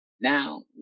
Now